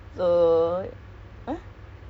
so right now you doing events under what